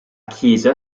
chiesa